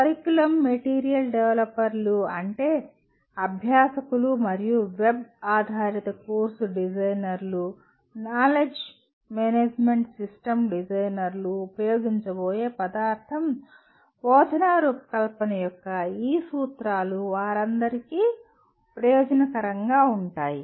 curriculum material డెవలపర్లు అంటే అభ్యాసకులు మరియు వెబ్ ఆధారిత కోర్సు డిజైనర్లు నాలెడ్జ్ మేనేజ్మెంట్ సిస్టమ్ డిజైనర్లు ఉపయోగించబోయే పదార్థం బోధనా రూపకల్పన యొక్క ఈ సూత్రాలు వారందరికీ ప్రయోజనకరంగా ఉంటాయి